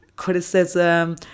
criticism